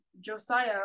josiah